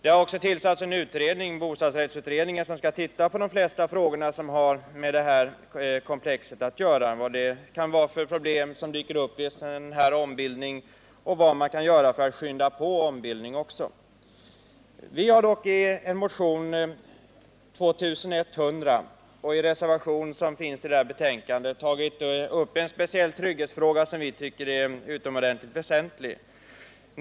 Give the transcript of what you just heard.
En utredning har tillsatts, bostadsrättsutredningen, som skall titta på de flesta frågor som har med detta komplex att göra; vad det kan vara för problem som dyker upp vid sådan här ombildning och vad man kan göra för att skynda på ombildning. Vi har i en motion, nr 2100, och i den reservation som finns fogad till utskottsbetänkandet tagit upp en speciell trygghetsfråga som vi tycker är utomordentligt väsentlig.